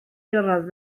gyrraedd